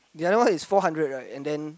the other one is four hundred right and then